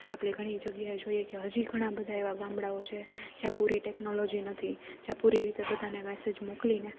આપણે ઘણી જગ્યાએ જોઈએ કે હજી ઘણા બધા એવા ગામડાઓ છે જ્યાં પૂરી ટેકનોલોજી નથી જ્યાં પૂરી રીતે બધાને મેસેજ મોકલીને